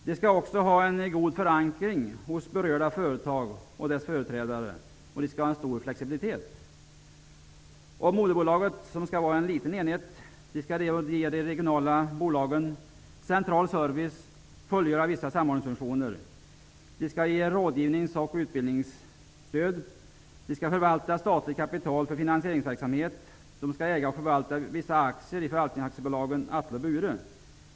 De skall också ha en god förankring hos berörda företag och deras företrädare, och de skall vara mycket flexibla. Moderbolaget, som skall vara en liten enhet, skall ge de regionala bolagen central service och fullgöra vissa samordningsfunktioner. Det skall ge rådgivnings och utbildningsstöd. Det skall förvalta staligt kapital för finansieringsverksamhet. Det skall äga och förvalta vissa aktier i förvaltningsaktiebolagen Atle och Bure.